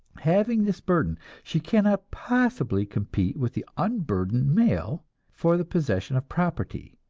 having this burden, she cannot possibly compete with the unburdened male for the possession of property.